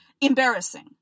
embarrassing